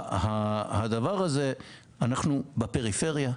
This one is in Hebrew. הדבר הזה, אנחנו בפריפריה,